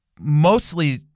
mostly